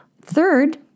Third